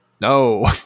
No